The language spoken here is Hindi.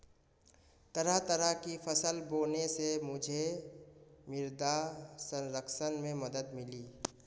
तरह तरह की फसल बोने से मुझे मृदा संरक्षण में मदद मिली